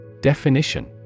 Definition